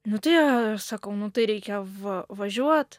nu tai aš sakau nu tai reikia va važiuot